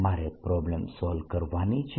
મારે problems solve કરવાની છે